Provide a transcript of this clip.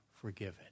forgiven